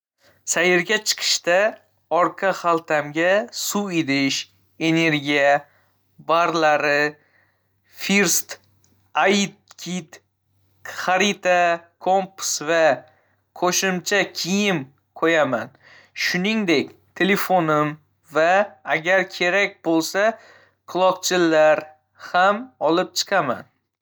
Sayrga chiqishda, orqa xaltamga suv idish, energiya barlari, first aid kit, xarita, kompas va qo'shimcha kiyim qo'yaman. Shuningdek, telefonim va, agar kerak bo'lsa, quloqchinlar ham olib chiqaman.